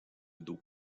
dos